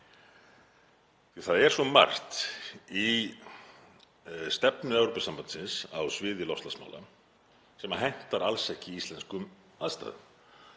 Það er svo margt í stefnu Evrópusambandsins á sviði loftslagsmála sem hentar alls ekki íslenskum aðstæðum